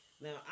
Now